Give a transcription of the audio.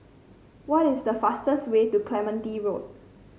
what is the fastest way to Clementi Road